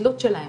התלות שלהם